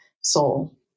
soul